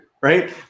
right